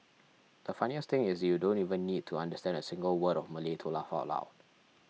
the funniest thing is that you don't even need to understand a single word of Malay to laugh out loud